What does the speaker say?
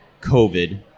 COVID